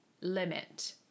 limit